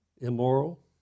Immoral